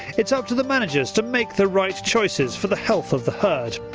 it is up to the managers to make the right choices for the health of the herd.